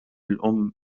الأم